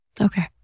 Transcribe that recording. Okay